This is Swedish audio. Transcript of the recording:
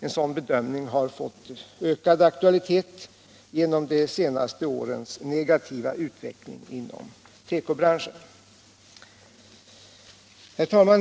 En sådan bedömning har fått ökad aktualitet genom de senaste årens negativa utveckling inom tekobranschen. Herr talman!